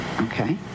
Okay